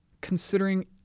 considering